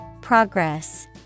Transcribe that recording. Progress